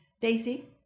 Daisy